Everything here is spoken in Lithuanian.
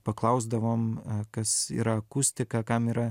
paklausdavom kas yra akustika kam yra